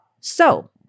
So-